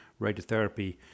radiotherapy